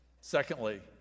Secondly